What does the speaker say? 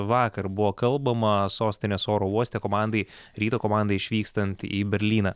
vakar buvo kalbama sostinės oro uoste komandai ryto komandai išvykstant į berlyną